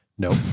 Nope